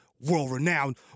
world-renowned